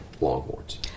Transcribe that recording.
Longhorns